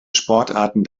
sportarten